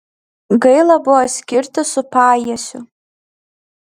gaila buvo skirtis su pajiesiu